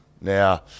Now